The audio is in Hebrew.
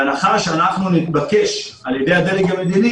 בהנחה שנתבקש על ידי הדרג המדיני